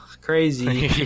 crazy